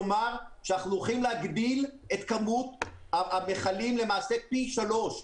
כלומר אנחנו יכולים להגביל את מספר המכלים פי שלושה.